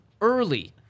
early